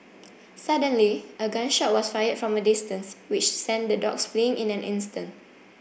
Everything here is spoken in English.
suddenly a gun shot was fired from a distance which sent the dogs fleeing in an instant